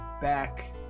back